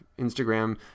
Instagram